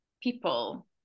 people